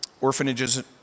orphanages